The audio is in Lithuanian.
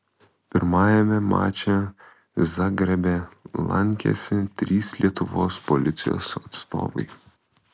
pirmajame mače zagrebe lankėsi trys lietuvos policijos atstovai